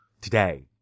today